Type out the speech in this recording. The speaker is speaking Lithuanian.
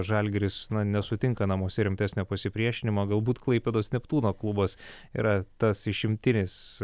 žalgiris nesutinka namuose rimtesnio pasipriešinimo galbūt klaipėdos neptūno klubas yra tas išimtinis